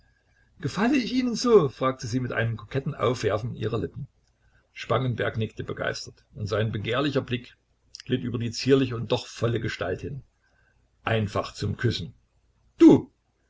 gefalle ich ihnen so fragte sie mit einem koketten aufwerfen ihrer lippen spangenberg nickte begeistert und sein begehrlicher blick glitt über die zierliche und doch volle gestalt hin einfach zum küssen du